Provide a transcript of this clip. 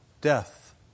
death